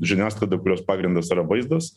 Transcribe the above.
žiniasklaida kurios pagrindas yra vaizdas